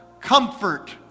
comfort